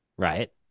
Right